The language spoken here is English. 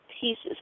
pieces